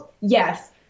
Yes